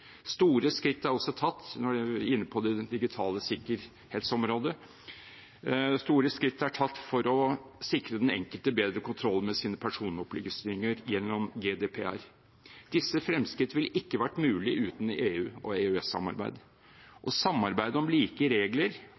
Store skritt er også tatt på det digitale sikkerhetsområdet, store skritt er tatt for å sikre den enkelte bedre kontroll med sine personopplysninger gjennom GDPR. Disse fremskritt ville ikke vært mulige uten EU- og EØS-samarbeid. Samarbeidet om like regler